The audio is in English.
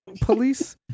police